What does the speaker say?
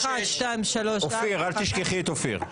אל תשכחי את אופיר.